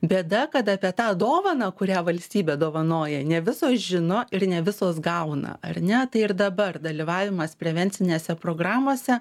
bėda kad apie tą dovaną kurią valstybė dovanoja ne visos žino ir ne visos gauna ar ne tai ir dabar dalyvavimas prevencinėse programose